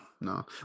no